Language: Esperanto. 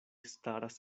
staras